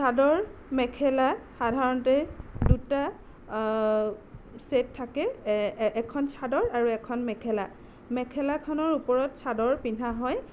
চাদৰ মেখেলা সাধাৰণতে দুটা ছেট থাকে এখন চাদৰ আৰু এখন মেখেলা মেখেলাখনৰ ওপৰত চাদৰ পিন্ধা হয়